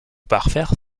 parfaire